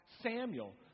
Samuel